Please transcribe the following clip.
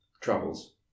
travels